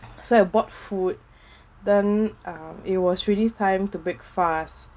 so I bought food then um it was really time to break fast